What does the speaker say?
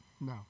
No